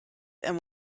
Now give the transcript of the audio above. and